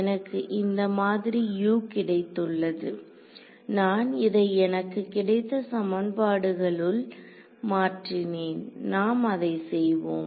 எனக்கு இந்த மாதிரி U கிடைத்துள்ளது நான் இதை எனக்கு கிடைத்த சமன்பாடுகளுள் மாற்றினேன் நாம் அதை செய்வோம்